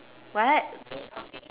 what